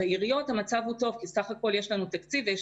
ובעיריות המצב הוא טוב כי בסך הכול יש לנו תקציב ויש